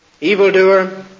evildoer